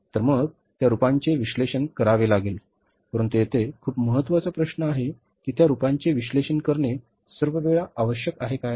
तर मग त्या रूपांचे विश्लेषण करावे लागेल परंतु येथे खूप महत्वाचा प्रश्न आहे की त्या रूपांचे विश्लेषण करणे सर्व वेळा आवश्यक आहे काय